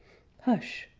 hush!